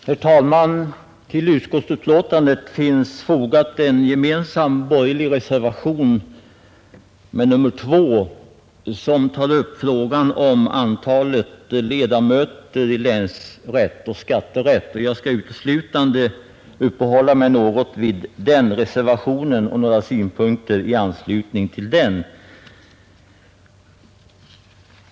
Herr talman! Till utskottsbetänkandet finns fogad en gemensam borgerlig reservation med nr 2, som tar upp frågan om antalet ledamöter i länsrätt och skatterätt. Jag skall uteslutande uppehålla mig något vid den reservationen och framföra några synpunkter i anslutning till den.